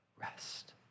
rest